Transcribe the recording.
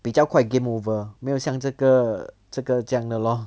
比较快 game over 没有像这个这个这样的 lor